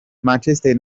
manchester